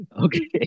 Okay